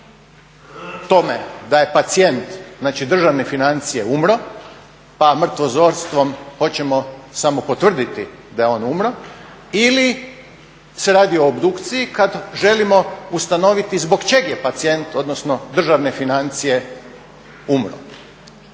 tome da je pacijent, znači državne financije, umro pa mrtvozorstvom hoćemo samo potvrditi da je on umro ili se radi o obdukciji kad želimo ustanoviti zbog čeg je pacijent odnosno državne financije umro?